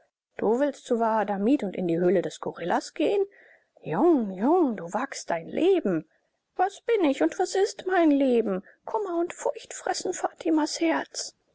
du willst zu wahadamib und in die höhle des gorilla gehen jung jung du wagst dein leben was bin ich und was ist mein leben kummer und furcht fressen fatimas herz